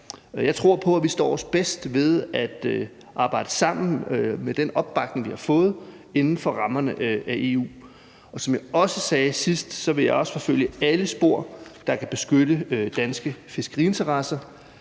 vi har fået, står os bedst ved at arbejde sammen inden for rammerne af EU. Som jeg også sagde sidst, vil jeg forfølge alle spor, der kan beskytte danske fiskeriinteresser.